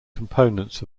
components